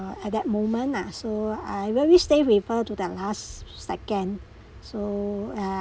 at that moment nah so I really stay with her to the last s~ second so ah